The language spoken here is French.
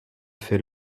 fait